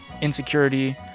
insecurity